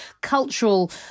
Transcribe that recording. cultural